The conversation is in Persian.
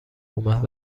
اومد